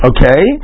Okay